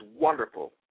wonderful